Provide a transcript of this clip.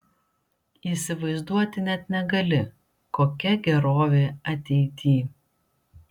įsivaizduoti net negali kokia gerovė ateity